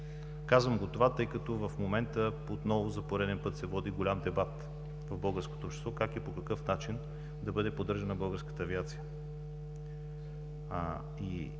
Казвам го това, тъй като в момента отново за пореден път се води голям дебат в българското общество – как и по какъв начин да бъде поддържана българската авиация.